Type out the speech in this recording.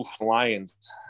Lions